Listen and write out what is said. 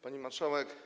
Pani Marszałek!